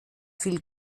viel